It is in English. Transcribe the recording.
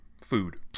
food